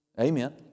Amen